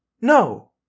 No